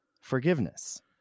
forgiveness